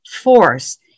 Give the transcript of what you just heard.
force